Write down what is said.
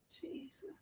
jesus